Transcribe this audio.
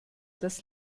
das